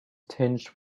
tinged